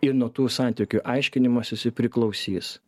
ir nuo tų santykių aiškinimosi priklausys